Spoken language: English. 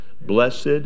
Blessed